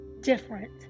different